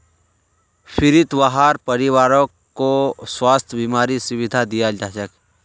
फ्रीत वहार परिवारकों स्वास्थ बीमार सुविधा दियाल जाछेक